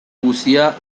guzia